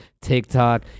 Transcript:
TikTok